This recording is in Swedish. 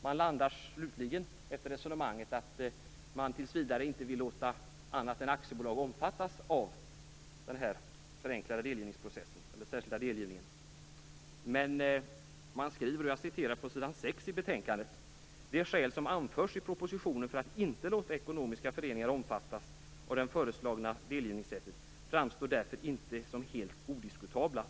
Man landar slutligen i att man tills vidare inte vill låta annat än aktiebolag omfattas av den här särskilda delgivningen. Men man skriver på s. 6 i betänkandet: "De skäl som anförs i propositionen för att inte låta ekonomiska föreningar omfattas av det föreslagna delgivningssättet framstår därför inte som helt odiskutabla".